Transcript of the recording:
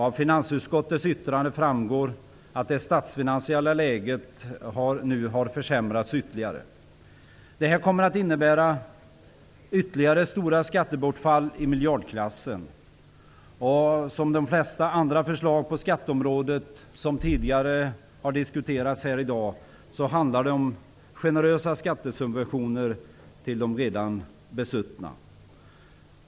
Av finansutskottets yttrande framgår att det statsfinansiella läget nu ytterligare har försämrats. Detta kommer att innebära ytterligare stora skattebortfall i miljardklassen. Som i de flesta andra förslag på skatteområdet, som tidigare har diskuterats här i dag, handlar det om generösa skattesubventioner till de redan besuttna.